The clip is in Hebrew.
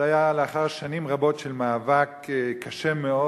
זה היה לאחר שנים רבות של מאבק קשה מאוד.